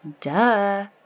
Duh